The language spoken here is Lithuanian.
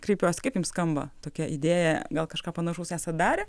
kreipiuos kaip jums skamba tokia idėja gal kažką panašaus esat darę